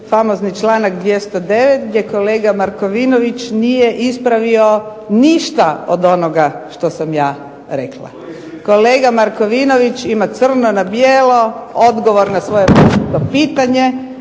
Famozni članak 209. gdje kolega Markovinović nije ispravio ništa od onoga što sam ja rekla. Kolega Markovinović ima crno na bijelo odgovor na svoje .../Govornica se